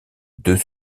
deux